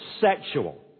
sexual